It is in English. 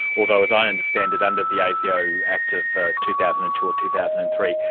although as i understand it, under the asio act of two thousand and two or two thousand and three,